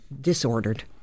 disordered